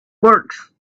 works